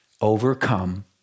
overcome